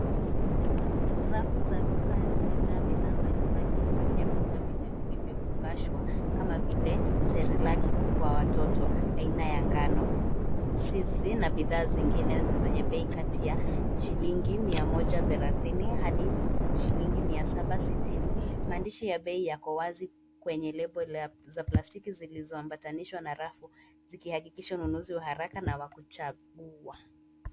Rafu za duka zimejaa bidhaa mbalimbali za vyakula vilivyofungashwa kama vile cerelac kwa watoto, aina ya ngano, sizi na bidhaa zingine zenye bei kati ya shilingi mia moja thelathini hadi shilingi mia saba sitini. Maandishi ya bei yako wazi kwenye lebo za plastiki zilizoambatanishwa na rafu. Zikihakikisha ununuzi wa haraka na wa kuchagua.